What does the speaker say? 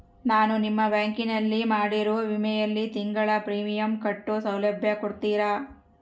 ನಾನು ನಿಮ್ಮ ಬ್ಯಾಂಕಿನಲ್ಲಿ ಮಾಡಿರೋ ವಿಮೆಯಲ್ಲಿ ತಿಂಗಳ ಪ್ರೇಮಿಯಂ ಕಟ್ಟೋ ಸೌಲಭ್ಯ ಕೊಡ್ತೇರಾ?